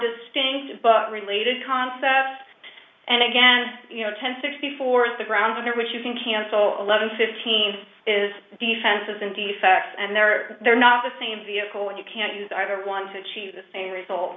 distinct but related concepts and again you know ten sixty four is the ground under which you can cancel eleven fifteen is the fences and defects and there they are not the same vehicle and you can't use either one to achieve the same result